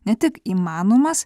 ne tik įmanomas